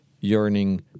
yearning